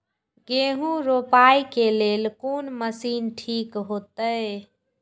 गेहूं रोपाई के लेल कोन मशीन ठीक होते?